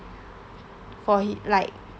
for he like